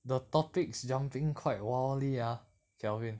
the topics jumping quite wildly ah kelvin